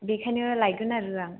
बेनिखायनो लायगोन आरो आं